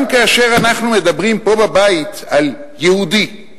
גם כאשר אנחנו מדברים פה בבית על יהודי,